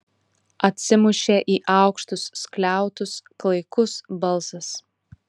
atsimušė į aukštus skliautus klaikus balsas